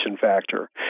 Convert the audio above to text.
factor